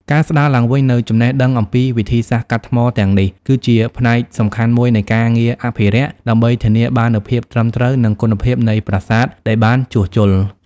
ការស្ដារឡើងវិញនូវចំណេះដឹងអំពីវិធីសាស្ត្រកាត់ថ្មទាំងនេះ គឺជាផ្នែកសំខាន់មួយនៃការងារអភិរក្ស ដើម្បីធានាបាននូវភាពត្រឹមត្រូវ និងគុណភាពនៃប្រាសាទដែលបានជួសជុល។